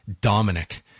Dominic